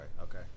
okay